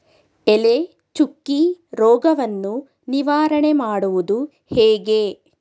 ಎಲೆ ಚುಕ್ಕಿ ರೋಗವನ್ನು ನಿವಾರಣೆ ಮಾಡುವುದು ಹೇಗೆ?